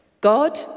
God